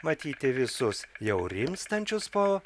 matyti visus jau rimstančios po